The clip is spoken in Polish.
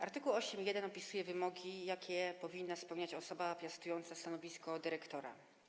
Art. 8 ust. 1 opisuje wymogi, jakie powinna spełniać osoba piastująca stanowisko dyrektora.